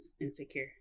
Insecure